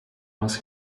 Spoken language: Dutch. langs